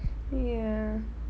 ya